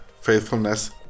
faithfulness